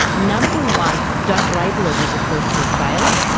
number one, don't label it as a personal failing,